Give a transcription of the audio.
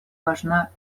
важна